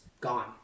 Gone